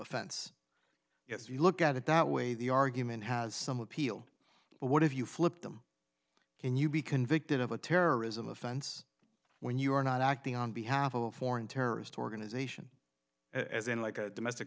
offense if you look at it that way the argument has some appeal but what if you flip them can you be convicted of a terrorism offense when you are not acting on behalf of a foreign terrorist organization as in like a domestic